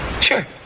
Sure